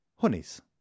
honeys